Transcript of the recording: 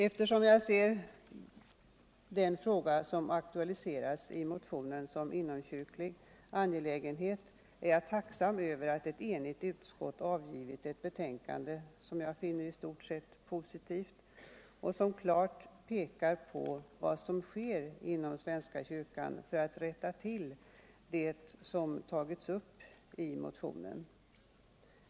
Eftersom jag ser den fråga som aktualiserats i motionen som en inom-' kyrklig angelägenhet är jag tacksam för att ett enigt utskott avgivit ett betänkande som jag finner i stort sett positivt och som klart pekar på vad som sker inom svenska kyrkan för att rätta till det som har tagits upp i motionen.